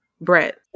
Brett